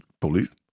police